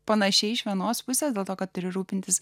panašiai iš vienos pusės dėl to kad turi rūpintis